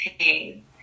pain